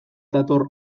dator